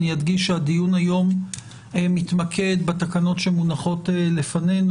אני אדגיש שהדיון היום מתמקד בתקנות שמונחות לפנינו.